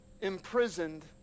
imprisoned